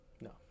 No